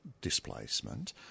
displacement